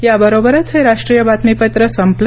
याबरोबरच हे राष्ट्रीय बातमीपत्र संपलं